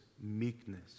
meekness